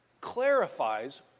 clarifies